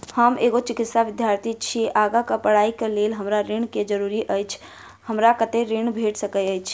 हम एगो चिकित्सा विद्यार्थी छी, आगा कऽ पढ़ाई कऽ लेल हमरा ऋण केँ जरूरी अछि, हमरा कत्तेक ऋण भेट सकय छई?